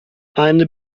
eine